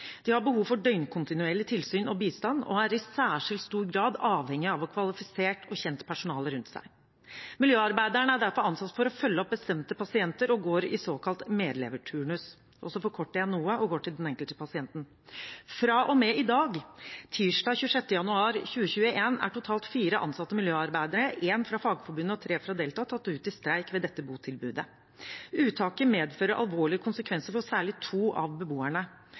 behov for døgnkontinuerlig tilsyn og bistand, og er i særskilt stor grad avhengig av å ha kvalifisert og kjent personale rundt seg. Miljøarbeiderne er derfor ansatt for å følge opp bestemte pasienter, og går i såkalt medleverturnus Så forkorter jeg noe og går til den enkelte pasienten: «Fra og med i dag, tirsdag 26. januar 2021 er totalt 4 ansatte miljøarbeidere tatt ut i streik ved dette botilbudet. Uttaket medfører alvorlige konsekvenser for særlig to av beboerne.